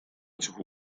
этих